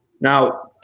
Now